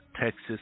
Texas